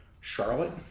Charlotte